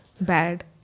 bad